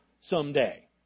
someday